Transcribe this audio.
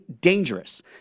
dangerous